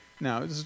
Now